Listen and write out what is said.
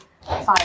Five